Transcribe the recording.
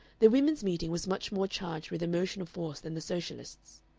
the women's meeting was much more charged with emotional force than the socialists'.